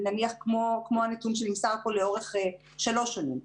נניח כמו הנתון שנמסר כאן לאורך שלוש שנים,